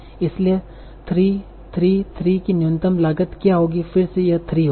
इसलिए 3 3 3 की न्यूनतम लागत क्या होगी फिर से यह 3 होगी